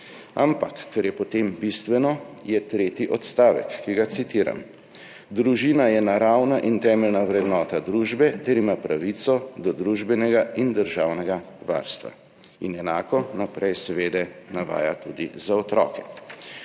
ampak kar je potem bistveno, je tretji odstavek, ki ga citiram: »Družina je naravna in temeljna vrednota družbe ter ima pravico do družbenega in državnega varstva.« In enako naprej seveda navaja tudi za otroke.